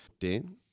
Dan